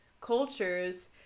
cultures